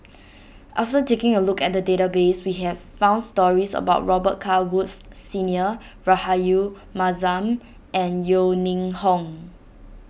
after taking a look at the database we have found stories about Robet Carr Woods Senior Rahayu Mahzam and Yeo Ning Hong